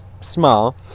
small